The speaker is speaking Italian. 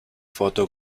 foto